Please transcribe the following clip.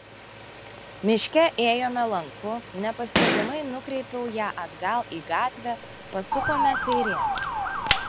miške ėjome lanku nepastebimai nukreipiau ją atgal į gatvę pasukome kairėn